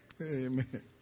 amen